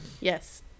yes